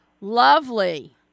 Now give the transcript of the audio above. Lovely